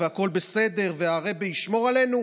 הכול בסדר והרעבע ישמור עלינו,